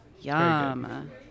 Yum